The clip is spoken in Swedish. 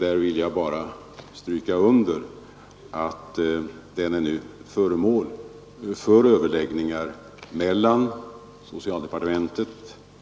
Jag vill bara stryka under att frågan nu är föremål för överläggningar mellan socialdepartementet,